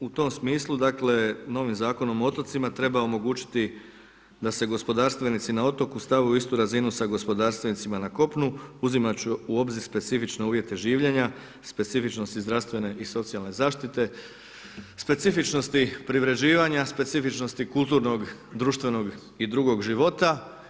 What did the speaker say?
U tom smislu, dakle novim Zakonom o otocima treba omogućiti da se gospodarstvenici na otoku stave u istu razinu sa gospodarstvenicima na kopnu uzimajući u obzir specifične uvjete življenja, specifičnosti zdravstvene i socijalne zaštite, specifičnosti privređivanja, specifičnosti kulturnog, društvenog i drugog života.